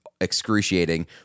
excruciating